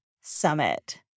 summit